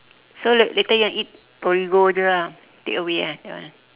so la~ later you wanna eat torigo jer ah takeaway eh that one